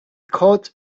called